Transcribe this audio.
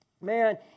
man